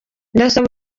ndasaba